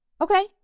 Okay